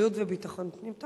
בריאות וביטחון פנים.